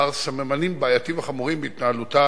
אחר סממנים בעייתיים וחמורים בהתנהלותה